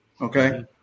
okay